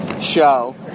show